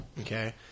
okay